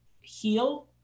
heal